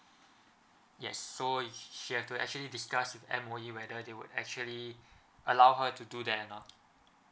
yes so she have to actually discuss with M_O_E whether they would actually allow her to do that or not